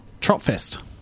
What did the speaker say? TrotFest